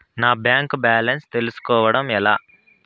నా bank balance తెలుస్కోవడం ఎలా?